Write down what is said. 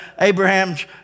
Abraham's